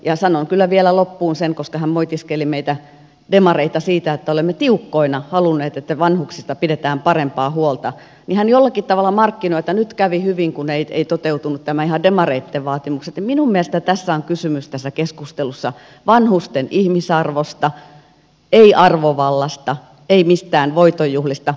ja sanon kyllä vielä loppuun sen koska hän moitiskeli meitä demareita siitä että olemme tiukkoina halunneet että vanhuksista pidetään parempaa huolta hän jollakin tavalla markkinoi että nyt kävi hyvin kun eivät toteutuneet ihan nämä demareitten vaatimukset että minun mielestäni tässä keskustelussa on kysymys vanhusten ihmisarvosta ei arvovallasta ei mistään voitonjuhlista